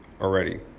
already